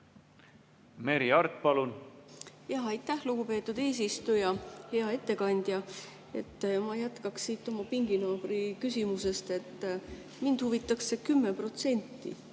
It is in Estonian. Merry Aart, palun! Aitäh, lugupeetud eesistuja! Hea ettekandja! Ma jätkaksin siit oma pinginaabri küsimusest. Mind huvitaks see 10%.